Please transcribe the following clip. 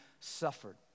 suffered